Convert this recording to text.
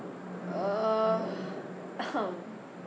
uh